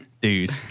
dude